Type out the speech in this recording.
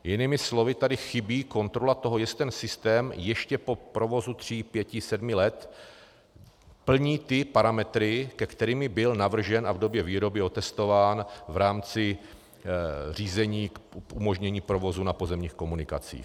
Jinými slovy tady chybí kontrola toho, jestli ten systém ještě po provozu tří, pěti, sedmi let plní parametry, ke kterým byl navržen a v době výroby otestován v rámci řízení k umožnění provozu na pozemních komunikacích.